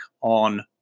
on